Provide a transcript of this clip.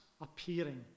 appearing